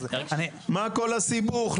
מה כל הסיבוך?